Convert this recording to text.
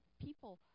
people